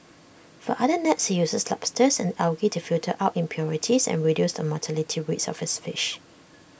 for other nets he uses lobsters and algae to filter out impurities and reduce the mortality rates of his fish